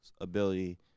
ability